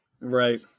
Right